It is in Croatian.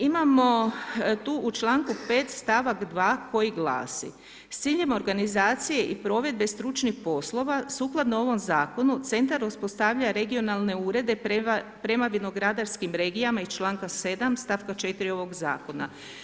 Imamo tu u članku 5. stavak 2. koji glasi: S ciljem organizacije i provedbe stručnih poslova, sukladno ovom zakonu, centar uspostavljuje regionalne urede prema vinogradarskim regijama iz članka 7. stavka 4. ovog zakona.